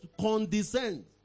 condescend